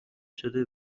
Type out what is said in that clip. شده